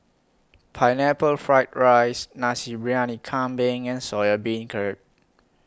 Pineapple Fried Rice Nasi Briyani Kambing and Soya Beancurd